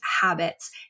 habits